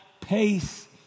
pace